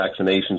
vaccinations